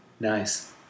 Nice